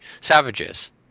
savages